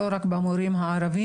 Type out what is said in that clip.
לא רק של המורים הערבים,